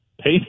pay